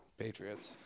patriots